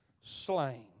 slain